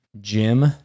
Jim